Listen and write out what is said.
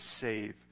save